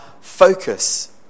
focus